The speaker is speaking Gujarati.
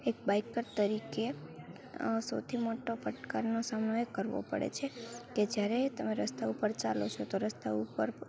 એક બાઇકર તરીકે સૌથી મોટો પડકારનો સામનો એ કરવો પડે છે કે જ્યારે તમે રસ્તા ઉપર ચાલો છો તો રસ્તા ઉપર